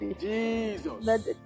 Jesus